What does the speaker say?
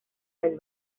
del